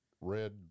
red